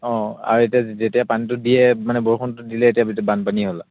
অঁ আৰু এতিয়া যেতিয়া পানীটো দিয়ে মানে বৰষুণটো দিলে এতিয়া বানপানী হৈ গ'ল